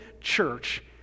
church